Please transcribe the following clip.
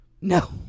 No